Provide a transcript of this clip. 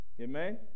Amen